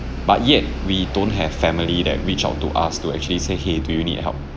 but yet we don't have family that reached out to us to actually say !hey! do you need help